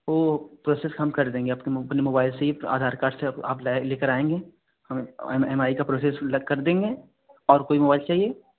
वो प्रोसेस हम कर देंगे आपके अपने मोबाईल से ही आधार कार्ड से आप लेकर आएँगे हम हम ई एम आई का प्रोसेस अलग कर देंगे और कोई मोबाईल चाहिए